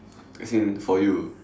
as in for you